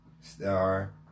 Star